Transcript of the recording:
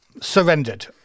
surrendered